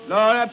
Lord